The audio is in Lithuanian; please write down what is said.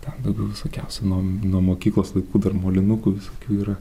ten daugiau visokiausi nuo nuo mokyklos laikų dar molinukų visokių yra